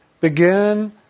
Begin